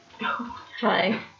Hi